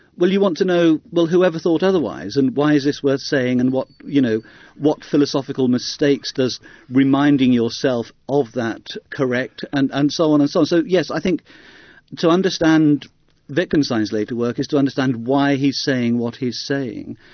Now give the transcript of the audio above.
well you want to know, well whoever thought otherwise? and why is this worth saying and what you know what philosophical mistakes does reminding yourself of that correct' and so on and so on. so so yes, i think to understand wittgenstein's later work is to understand why he's saying what he's saying,